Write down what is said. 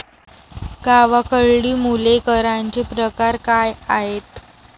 गावाकडली मुले करांचे प्रकार काय आहेत?